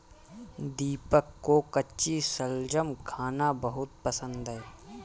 दीपक को कच्ची शलजम खाना बहुत पसंद है